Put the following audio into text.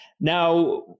Now